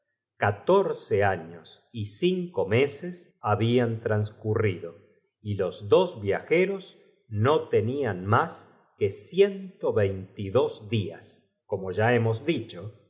catorce años y cinco mese s hablan tr anscu rrido y los dos viajeros no tenían más que ciento veintidós dlas como ya hemos dicho